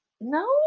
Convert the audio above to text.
No